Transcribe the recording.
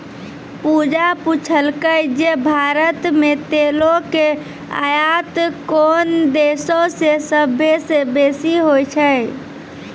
पूजा पुछलकै जे भारत मे तेलो के आयात कोन देशो से सभ्भे से बेसी होय छै?